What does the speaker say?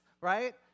right